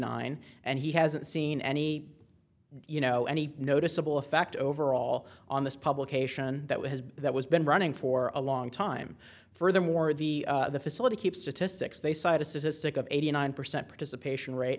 nine and he hasn't seen any you know any noticeable effect overall on this publication that was that was been running for a long time furthermore the facility keep statistics they cite is a sick of eighty nine percent participation r